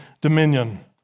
dominion